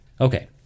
Okay